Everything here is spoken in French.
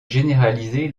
généraliser